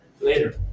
later